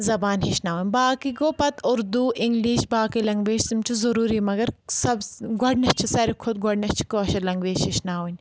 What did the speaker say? زبان ہیٚچھناوٕنۍ باقٕے گوٚو پَتہٕ اُردوٗ اِنٛگلِش باقٕے لنٛگویج تِم چھِ ضروٗری مگر سب گۄڈنؠتھ چھِ سارِوٕے کھۄتہٕ گۄڈٕنٮ۪تھ چھِ کٲشِر لنٛگویج ہیٚچھناوٕنۍ